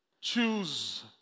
Choose